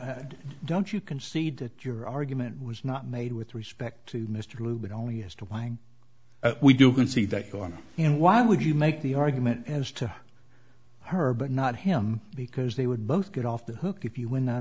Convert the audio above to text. below don't you concede that your argument was not made with respect to mr lew but only as to why we do can see that go on and why would you make the argument as to her but not him because they would both get off the hook if you win that